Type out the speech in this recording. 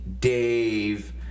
Dave